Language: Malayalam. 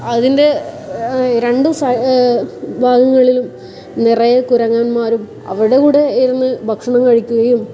അതിൻ്റെ രണ്ട് സൈ ഭാഗങ്ങളിലും നിറയെ കുരങ്ങന്മാരും അവിടവിടെ ഇരുന്ന് ഭക്ഷണം കഴിക്കുകയും